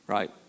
Right